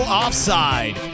offside